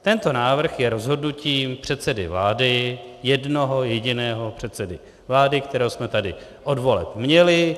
Tento návrh je rozhodnutím předsedy vlády, jednoho jediného předsedy vlády, kterého jsme tady od voleb měli.